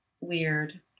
weird